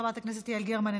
חבר הכנסת יעל גרמן,